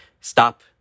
stop